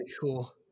cool